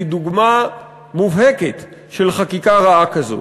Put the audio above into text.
היא דוגמה מובהקת של חקיקה רעה כזאת.